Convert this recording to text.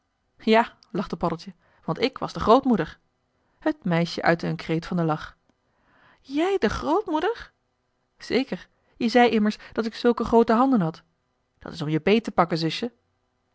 ja lachte paddeltje want ik was de grootmoeder het meisje uitte een kreet van den lach jij de grootmoeder zeker je zei immers dat ik zulke groote handen had dat is om je beet te pakken zusje